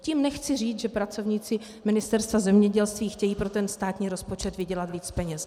Tím nechci říct, že pracovníci Ministerstva zemědělství chtějí pro státní rozpočet vydělat více peněz.